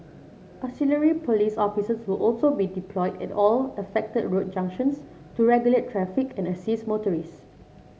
auxiliary police officers will also be deployed at all affected road junctions to regulate traffic and assist motorist